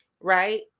right